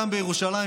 בירושלים,